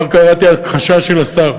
וכבר שמעתי הכחשה של השר,